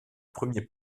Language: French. premier